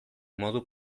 modu